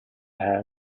pair